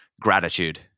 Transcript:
gratitude